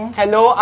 hello